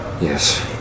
Yes